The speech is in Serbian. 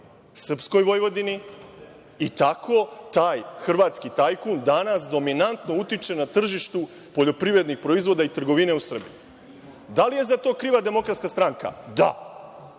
srpskoj Vojvodini i tako taj hrvatski tajkun danas dominantno utiče na tržištu poljoprivrednih proizvoda i trgovine u Srbiji. Da li je za to kriva Demokratska stranka? Da.